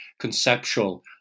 conceptual